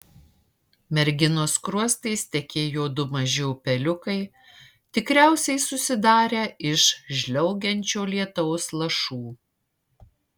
merginos skruostais tekėjo du maži upeliukai tikriausiai susidarę iš žliaugiančio lietaus lašų